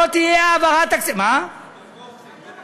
לא תהיה העברה תקציבית, פרופורציות בין הקבוצות.